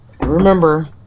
Remember